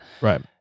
Right